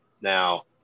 Now